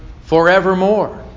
forevermore